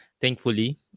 thankfully